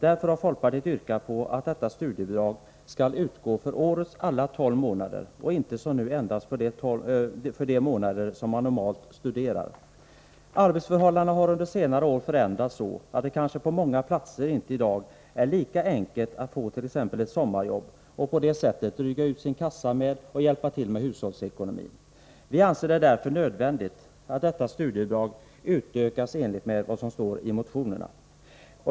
Därför har folkpartiet yrkat på att dessa studiebidrag skall utgå för årets alla 12 månader och inte, som nu, endast för de månader som ungdomarna normalt studerar. Arbetsförhållandena har under senare år förändrats så, att det på många platser i dag kanske inte är lika enkelt för ungdomar att få t.ex. ett sommarjobb och på det sättet dryga ut sin kassa och hjälpa till med hushållsekonomin. Vi anser det därför nödvändigt att detta studiebidrag utökas i enlighet med vad som står i motionerna.